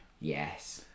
Yes